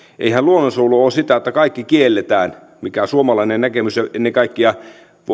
eihän luonnonsuojelu ole sitä että kaikki kielletään mikä on suomalainen näkemys ja ennen kaikkea